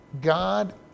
God